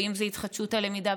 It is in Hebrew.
ואם זאת התחדשות הלמידה,